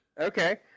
Okay